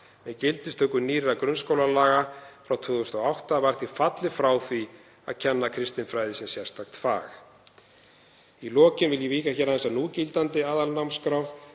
Með gildistöku nýrra grunnskólalaga, nr. 91/2008, var því fallið frá því að kenna kristinfræði sem sérstakt fag. Í lokin vil ég víkja aðeins að núgildandi aðalnámskrá.